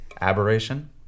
aberration